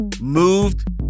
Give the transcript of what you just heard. moved